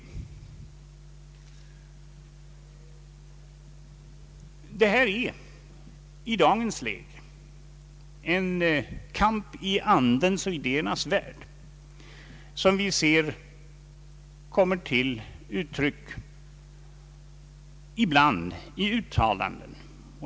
Detta är i dagens läge en kamp i andens och idéernas värld som vi ser kommer till uttryck ibland i uttalanden.